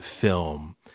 film